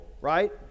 right